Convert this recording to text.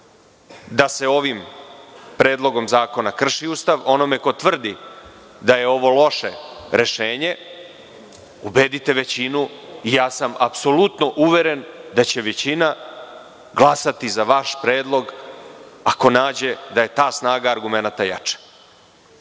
da se ovim predlogom zakona krši Ustav, onome ko tvrdi da je ovo loše rešenje, ubedite većinu, i ja sam apsolutno uveren da će većina glasati za vaš predlog ako nađe da je ta snaga argumenata jača.A